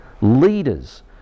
leaders